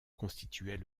constituait